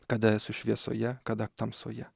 kada esu šviesoje kada tamsoje